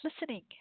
listening